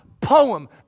poem